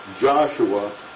Joshua